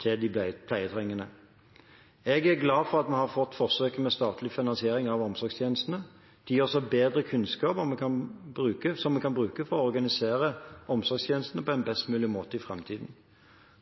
de pleietrengende. Jeg er glad for at vi har fått forsøket med statlig finansiering av omsorgstjenestene. Det gir oss bedre kunnskap som vi kan bruke for å organisere omsorgstjenesten på best mulig måte i framtiden.